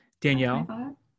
Danielle